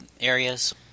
areas